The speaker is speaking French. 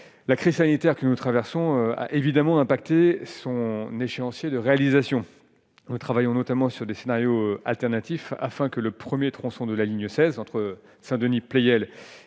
la crise sanitaire que nous traversons, a évidemment impacter son échéancier de réalisation, nous travaillons notamment sur des scénarios alternatifs afin que le 1er tronçon de la ligne 16 entre Saint-Denis Pleyel